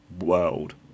world